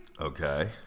Okay